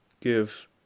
give